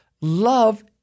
Love